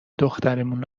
دخترمون